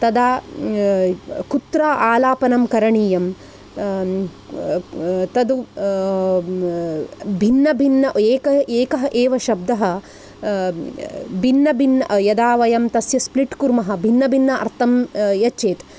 तदा कुत्र आलापनं करणीयम् तद् भिन्न भिन्न एक एकः एव शब्दः भिन्न भिन्न यदा वयं तस्य स्प्लिट् कुर्मः भिन्न भिन्न अर्थं यच्छेत्